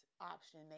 option